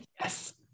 yes